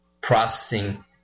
processing